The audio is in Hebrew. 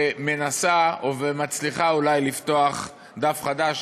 ומנסה ומצליחה אולי לפתוח דף חדש,